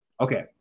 Okay